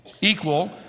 equal